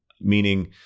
Meaning